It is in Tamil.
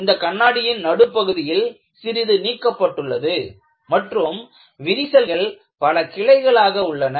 இந்த கண்ணாடியின் நடுப்பகுதியில் சிறிது நீக்கப்பட்டுள்ளது மற்றும் விரிசல்கள் பல கிளைகளாக உள்ளன